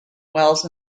wells